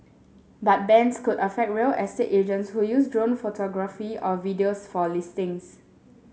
but bans could affect real estate agents who use drone photography or videos for listings